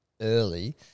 early